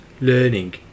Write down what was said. learning